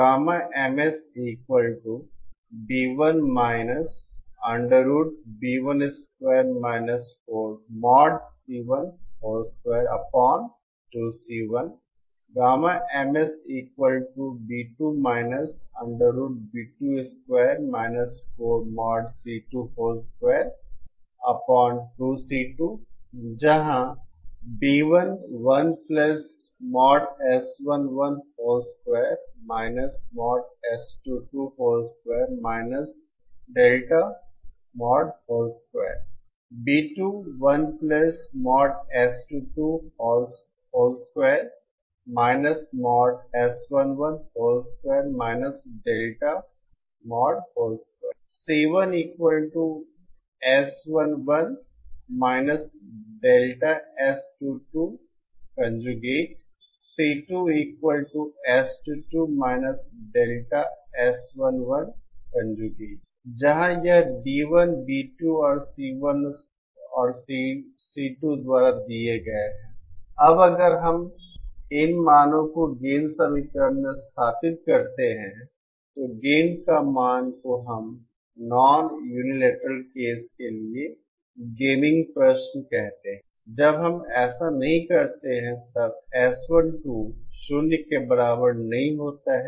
जहां जहां यह B1 B2 और C1 और C2 द्वारा दिए गए हैं अब अगर हम इन मानो को गेन समीकरण में स्थापित करते हैं तो गेन का मान को हम नॉन यूनिलैटरल केस के लिए गेमिंग प्रश्न कहते हैं जब हम ऐसा नहीं करते हैं तब S12 0 के बराबर नहीं होता है